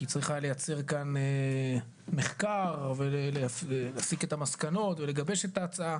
כי היא צריכה לייצר כאן מחקר ולהסיק את המסקנות ולגבש את ההצעה